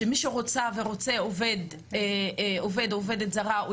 כך שמי שרוצה או רוצה עובד או עובדת זרה,